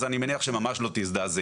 אז אני מניח שממש לא תזדעזעי.